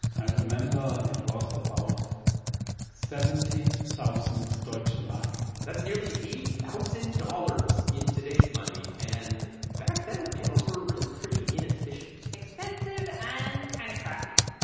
i remember it was about seventy thousand deutsche mark that's nearly eighty thousand dollars in today's money. and back then, the panels were really pretty inefficient expensive and kind of crappy.